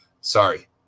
Sorry